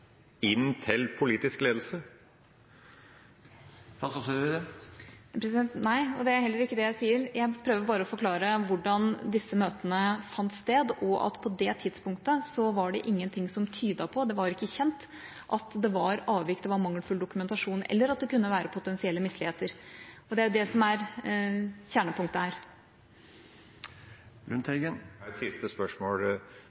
inn til politisk ledelse? Nei, og det er heller ikke det jeg sier. Jeg prøver bare å forklare hvordan disse møtene fant sted, og at på det tidspunktet var det ingenting som tydet på – det var ikke kjent – at det var avvik, at det var mangelfull dokumentasjon, eller at det kunne være potensielle misligheter. Så det er det som er kjernepunktet